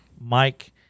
Mike